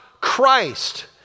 Christ